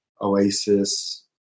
Oasis